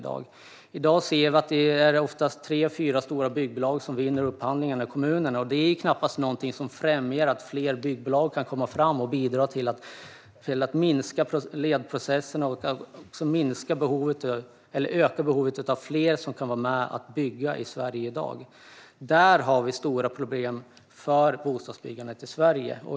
I dag är det oftast något av tre fyra stora byggbolag som vinner upphandlingarna i kommunerna, och det är knappast någonting som främjar att fler byggbolag kan komma fram och bidra till att minska ledprocesserna. Det finns ett behov av att fler kan vara med och bygga i Sverige i dag. Där har vi stora problem för bostadsbyggandet i Sverige.